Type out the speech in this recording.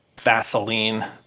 Vaseline